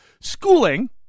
schooling